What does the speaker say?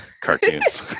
cartoons